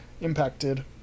impacted